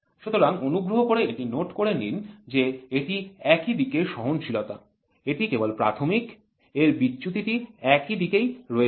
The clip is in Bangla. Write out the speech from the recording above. সুতরাং অনুগ্রহ করে এটি নোট করে নিন যে এটি একই দিকের সহনশীলতা এটি কেবল প্রাথমিক এর বিচ্যুতি একদিকেই রয়েছে